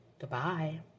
Goodbye